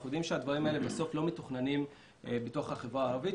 אבל אנחנו יודעים שהדברים האלה לא מתוכננים בתוך החברה הערבית.